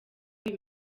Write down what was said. uyu